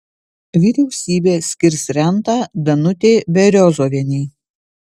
vyriausybė skirs rentą danutei beriozovienei